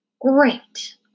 Great